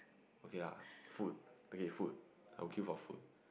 okay lah food okay food I will queue for food